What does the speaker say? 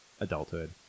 Adulthood